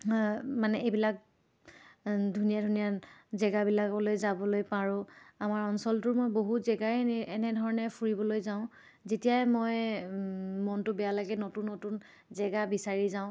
মানে এইবিলাক ধুনীয়া ধুনীয়া জেগাবিলাকলৈ যাবলৈ পাৰোঁ আমাৰ অঞ্চলটোৰ মই বহুত জেগাই এনে এনেধৰণে ফুৰিবলৈ যাওঁ যেতিয়াই মই মনটো বেয়া লাগে নতুন নতুন জেগা বিচাৰি যাওঁ